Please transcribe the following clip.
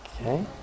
Okay